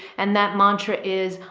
and that mantra is,